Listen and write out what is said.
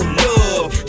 love